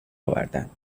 آوردند